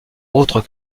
autres